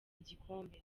igikombe